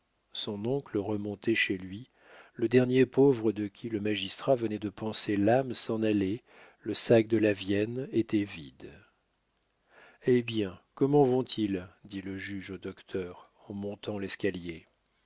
son oncle remontait chez lui le dernier pauvre de qui le magistrat venait de panser l'âme s'en allait le sac de lavienne était vide eh bien comment vont-ils dit le juge au docteur en montant l'escalier